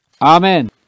amen